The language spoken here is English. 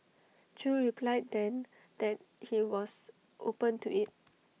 chew replied then that he was open to IT